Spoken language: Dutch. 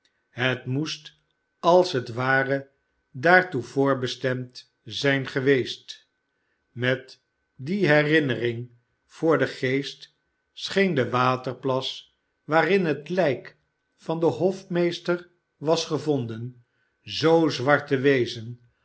het moest als het ware daartoe voorbestemd zijn geweest met die herinnering voor den geest scheen de waterplas waarin het lijk van den hofmeester was gevonden zoo zwart te wezen